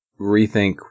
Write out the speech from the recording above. rethink